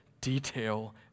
detail